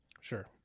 Sure